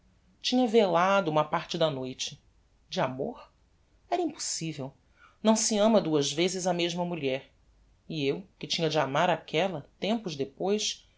tinha velado uma parte da noite de amor era impossivel não se ama duas vezes a mesma mulher e eu que tinha de amar aquella tempos depois